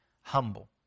humble